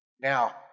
Now